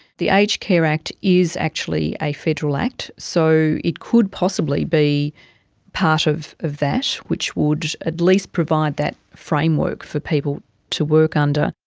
the aged care act is actually a federal act, so it could possibly be part of of that, which would at least provide that framework for people to work under.